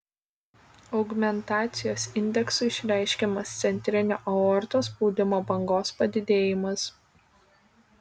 augmentacijos indeksu išreiškiamas centrinio aortos spaudimo bangos padidėjimas